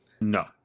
No